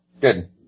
Good